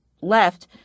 left